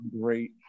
great